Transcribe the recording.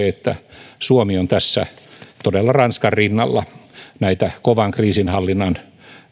että suomi on tässä todella ranskan rinnalla näitä kovan kriisinhallinnan